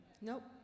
Nope